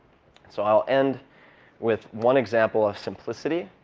so i'll end with one example of simplicity.